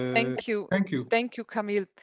thank you. thank you. thank you, camille.